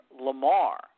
Lamar